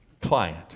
client